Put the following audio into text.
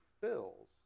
fills